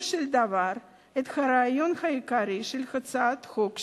של דבר את הרעיון העיקרי של הצעות החוק שלי,